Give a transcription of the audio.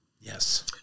Yes